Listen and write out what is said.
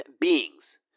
beings –